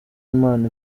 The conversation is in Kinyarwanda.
impano